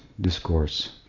discourse